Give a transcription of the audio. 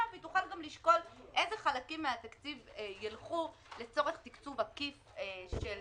והיא תוכל גם לשקול איזה חלקים מהתקציב ילכו לצורך תקצוב עקיף של